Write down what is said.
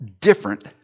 different